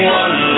one